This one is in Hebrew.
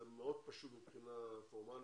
זה מאוד פשוט מבחינה פורמלית,